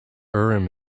urim